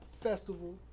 festival